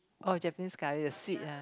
oh Japanese curry the sweet ah